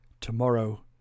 tomorrow